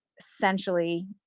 essentially